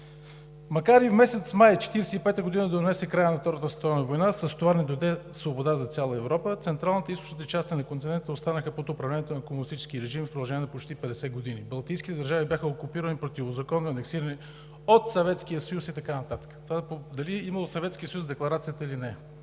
„Макар и месец май 1945 г. да донесе края на Втората световна война, с това не дойде свобода за цяла Европа. Централната и източната части на континента останаха под управлението на комунистически режим в продължение на почти 50 години. Балтийските държави бяха окупирани противозаконно и анексирани от Съветския съюз…“, и така нататък. Това е дали е